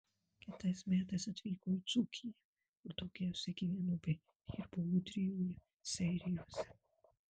kitais metais atvyko į dzūkiją kur daugiausiai gyveno bei dirbo ūdrijoje seirijuose